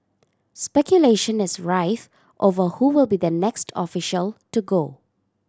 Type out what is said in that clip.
speculation is rife over who will be the next official to go